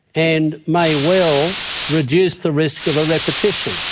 and may well reduce the risk of repetition.